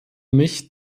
mich